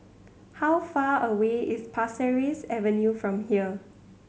how far away is Pasir Ris Avenue from here